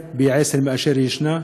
פי-עשרה יותר מאשר ישנה.